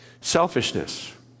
Selfishness